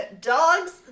dogs